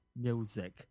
music